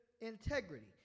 integrity